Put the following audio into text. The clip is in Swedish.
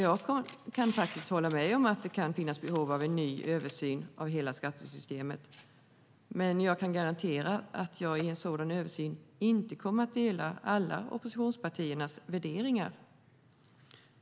Jag kan hålla med om att det kan finnas behov av en ny översyn av hela skattesystemet, men jag kan garantera att jag i en sådan översyn inte kommer att dela alla oppositionspartiernas värderingar.